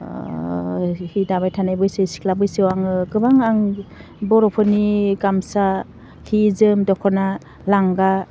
ओह हि दाबाय थानाय बैसो सिख्ला बैसोआव आङो गोबां आं बर'फोरनि गामसा हि जोब दख'ना लांगा